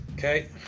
Okay